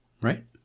Right